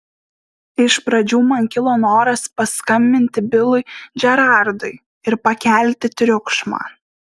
iš pradžių man kilo noras paskambinti bilui džerardui ir pakelti triukšmą